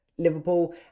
Liverpool